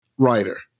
writer